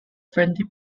friendly